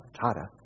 Tara